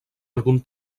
algun